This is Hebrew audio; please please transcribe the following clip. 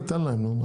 תן להם.